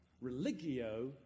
Religio